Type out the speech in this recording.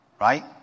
right